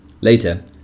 Later